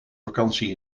vakantie